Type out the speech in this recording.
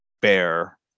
bear